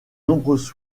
nombreuses